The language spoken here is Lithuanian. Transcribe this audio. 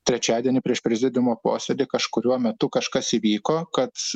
trečiadienį prieš prezidiumo posėdį kažkuriuo metu kažkas įvyko kad